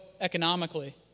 economically